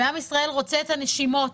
ועם ישראל רוצה את הנשימות,